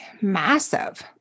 massive